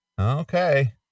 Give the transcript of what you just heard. Okay